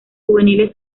juveniles